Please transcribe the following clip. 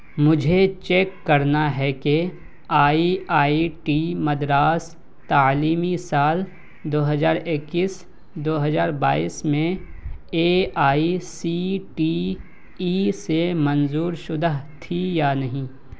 مجھے چیک کرنا ہے کہ آئی آئی ٹی مدراس تعلیمی سال دو ہزار اکیس دو ہزار بائیس میں A I C T E سے منظور شدہ تھی یا نہیں